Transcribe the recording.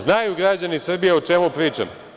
Znaju građani Srbije o čemu pričam.